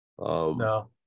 No